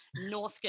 Northgate